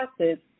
acids